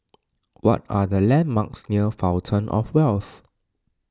what are the landmarks near Fountain of Wealth